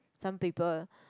some people